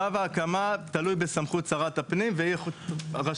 צו ההקמה תלוי בסמכות שרת הפנים והיא רשאית לחתום.